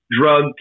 drug